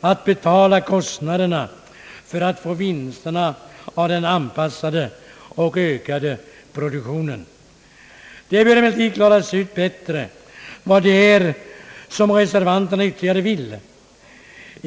att samhället skall betala kostnaderna för att få vinsterna av den anpassade och ökade produktionen. Det bör emellertid klaras ut bättre vad reservanterna ytterligare vill.